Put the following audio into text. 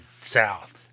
South